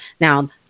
Now